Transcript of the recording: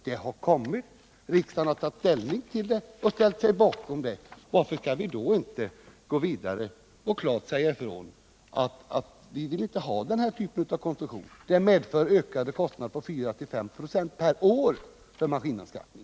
Det har kommit, och riksdagen har ställt sig bakom det. Varför skall vi då inte gå vidare och klart säga ifrån att vi inte vill ha den här typen av konstruktion? Den medför ökade kostnader på 4-5 96 per år för maskinanskaffning.